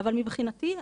אבל מבחינתי,